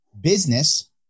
business